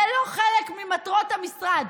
זה לא חלק ממטרות המשרד.